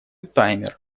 таймер